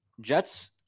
Jets